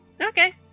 Okay